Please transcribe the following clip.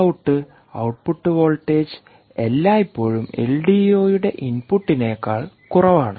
Vout output voltage എല്ലായ്പ്പോഴും എൽഡിഒയുടെ Vi ഇൻപുട്ടിനേക്കാൾ കുറവാണ്